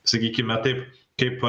sakykime taip kaip